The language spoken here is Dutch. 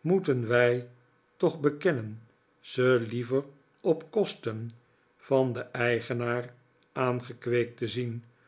moeten wij toch bekennen ze lieyer op kosten van den eigenaar aangekweekt te zien